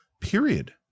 period